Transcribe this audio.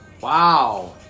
wow